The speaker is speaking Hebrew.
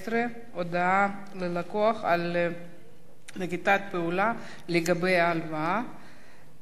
19) (הודעה ללקוח על נקיטת פעולה לגבי הלוואה),